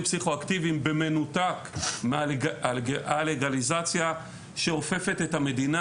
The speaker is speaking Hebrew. פסיכו-אקטיביים במנותק מהלגליזציה שאופפת את המדינה.